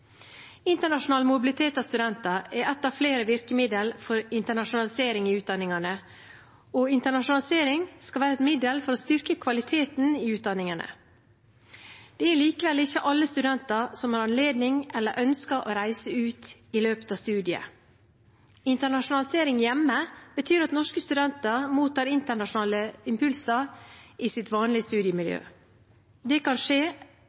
Internasjonal mobilitet av studenter er ett av flere virkemidler for internasjonalisering i utdanningene, og internasjonalisering skal være et middel for å styrke kvaliteten i utdanningene. Det er likevel ikke alle studenter som har anledning til eller ønsker å reise ut i løpet av studiet. Internasjonalisering hjemme betyr at norske studenter mottar internasjonale impulser i sitt vanlige studiemiljø. Det kan skje